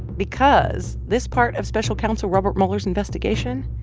because this part of special counsel robert mueller's investigation,